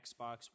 Xbox